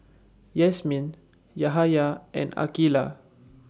Yasmin Yahaya and Aqilah